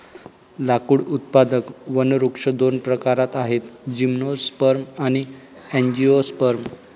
लाकूड उत्पादक वनवृक्ष दोन प्रकारात आहेतः जिम्नोस्पर्म आणि अँजिओस्पर्म